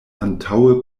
antaŭe